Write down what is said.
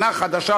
שנה חדשה,